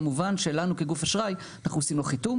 כמובן שאנחנו כגוף אשראי עושים לו חיתום